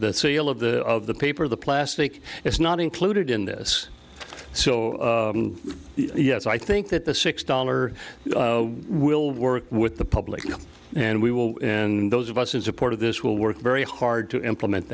the sale of the of the paper the plastic is not included in this so yes i think that the six dollars will work with the public and we will and those of us in support of this will work very hard to implement